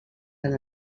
han